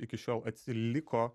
iki šiol atsiliko